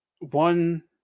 one